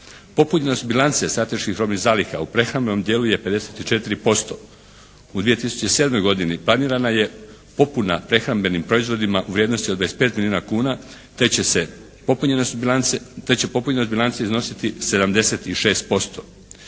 Popunjene su bilance strateških robnih zaliha, u prehrambenom je 54%. U 2007. godini planirana je popuna prehrambenim proizvodima u vrijednosti od 25 milijuna kuna te će popunjene bilance iznositi 76%.